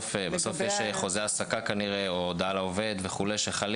בסוף יש חוזה ההעסקה או הודעה לעובד שחלים